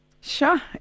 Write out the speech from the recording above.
Sure